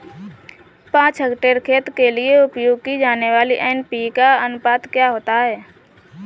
पाँच हेक्टेयर खेत के लिए उपयोग की जाने वाली एन.पी.के का अनुपात क्या होता है?